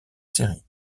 série